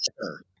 sure